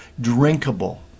drinkable